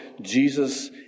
Jesus